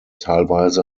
teilweise